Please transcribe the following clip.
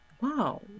Wow